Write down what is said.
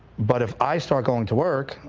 but if i start going to work,